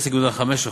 0.5%,